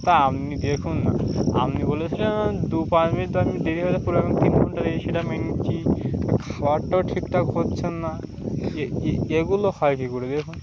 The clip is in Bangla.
তা আপনি দেখুন না আপনি বলেছিলেন দু পাঁচ মিনিট আমি ডেলিভারি পুরো মিনিট তিন ঘন্টা দিয়ে সেটা মেনে নিচ্ছি খাবারটাও ঠিকঠাক হচ্ছেন না এগুলো হয় কি করে দেখুন